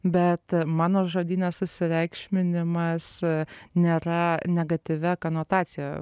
bet mano žodyne susireikšminimas nėra negatyvi konotacija